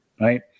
right